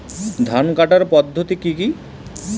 ধান কাটার পদ্ধতি কি কি?